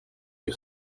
you